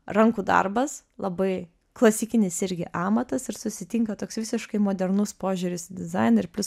rankų darbas labai klasikinis irgi amatas ir susitinka toks visiškai modernus požiūris į dizainą ir plius